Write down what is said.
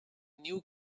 new